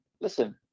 Listen